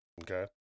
okay